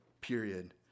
period